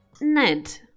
Ned